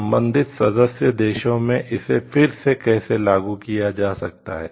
संबंधित सदस्य देशों में इसे फिर से कैसे लागू किया जा सकता है